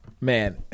Man